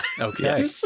okay